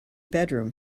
bedroom